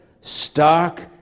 stark